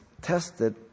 tested